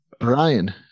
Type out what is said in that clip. Brian